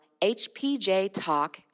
hpjtalk